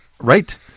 right